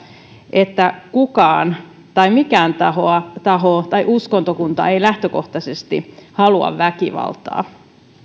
että kukaan tai mikään taho tai uskontokunta ei lähtökohtaisesti halua väkivaltaa